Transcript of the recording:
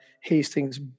Hastings